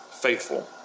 faithful